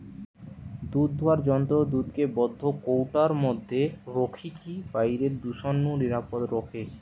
দুধদুয়ার যন্ত্র দুধকে বন্ধ কৌটার মধ্যে রখিকি বাইরের দূষণ নু নিরাপদ রখে